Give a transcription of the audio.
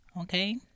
Okay